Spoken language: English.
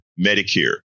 Medicare